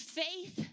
faith